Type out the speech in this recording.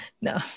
No